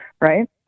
right